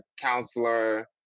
counselor